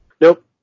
Nope